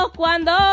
cuando